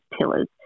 pillars